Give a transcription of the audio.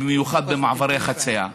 במיוחד במעברי חציה.